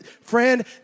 Friend